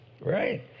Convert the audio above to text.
right